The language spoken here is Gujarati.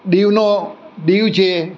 દીવનો દીવ છે